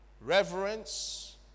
reverence